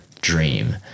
dream